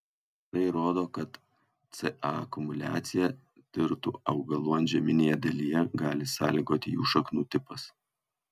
tai rodo kad ca akumuliaciją tirtų augalų antžeminėje dalyje gali sąlygoti jų šaknų tipas